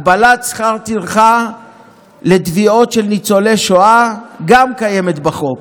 גם הגבלת שכר טרחה לתביעות של ניצולי שואה קיימת בחוק.